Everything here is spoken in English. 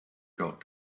got